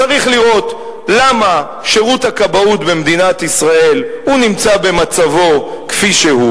צריך לראות למה שירות הכבאות במדינת ישראל נמצא במצבו כפי שהוא,